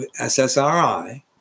SSRI